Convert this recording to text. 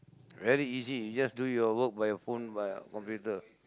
very easy you just do your work by your phone by your computer